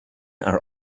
are